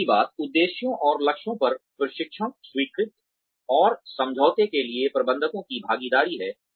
तीसरी बात उद्देश्यों और लक्ष्यों पर प्रशिक्षण स्वीकृति और समझौते के लिए प्रबंधकों की भागीदारी है